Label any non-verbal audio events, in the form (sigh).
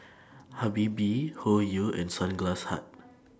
Habibie Hoyu and Sunglass Hut (noise)